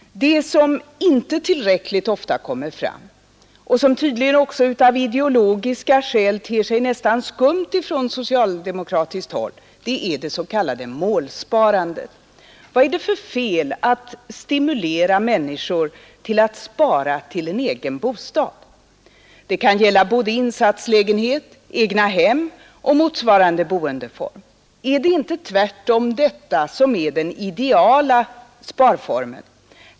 Det som dock icke tillräckligt ofta kommer fram och som tydligen också av ideologiska skäl ter sig nästan skumt för socialdemokraterna är det s.k. målsparandet. Vad är det för fel att stimulera människor att spara till en egen bostad? Det kan gälla insatslägenhet, egna hem eller motsvarande. Är det inte tvärtom detta, som är den idealiska sparformen?